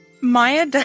Maya